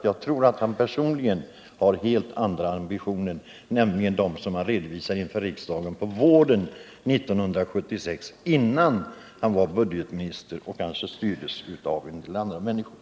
Jag tror att han personligen har helt andra ambitioner, nämligen dem han redovisade inför riksdagen våren 1976, innan han var budgetminister och alltså styrdes av en del andra människor.